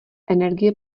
energie